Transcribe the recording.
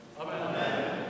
Amen